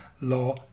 law